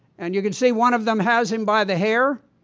and you can see one of them has him by the hair.